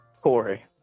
Corey